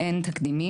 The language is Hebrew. אין לו תקדימים,